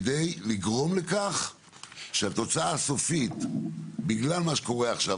כדי לגרום לכך שהתוצאה הסופית בגלל מה שקורה עכשיו,